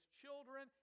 children